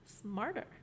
smarter